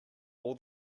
all